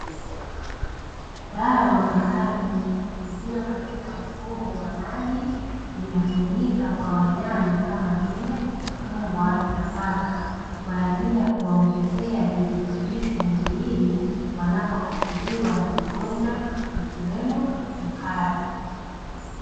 Dawa maalumu iliyo katika mfumo wa maji inatumika kwa wanyama kamavile; mbwa na paka kwaajili ya kuwaongezea virutubisho mwilini wanapoathiriwa na magonjwa ikiwemo kuhara.